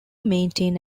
maintain